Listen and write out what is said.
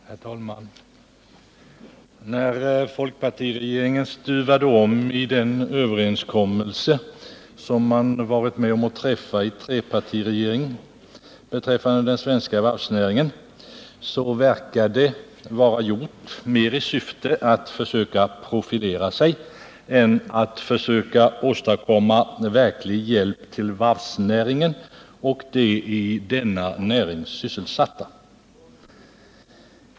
Herr talman! När folkpartiregeringen stuvade om i den överenskommelse som man varit med om att träffa i trepartiregeringen beträffande den svenska varvsnäringen verkar det vara gjort mera i syfte att profilera sig än att försöka åstadkomma verklig hjälp till varvsnäringen och de i denna näring sysselsatta.